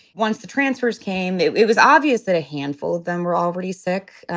once the transfers came, it it was obvious that a handful of them were already sick.